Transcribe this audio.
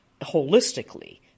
holistically –